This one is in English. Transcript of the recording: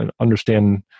understand